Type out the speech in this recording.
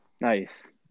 nice